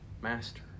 Master